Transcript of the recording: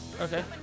Okay